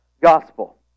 gospel